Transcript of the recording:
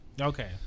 Okay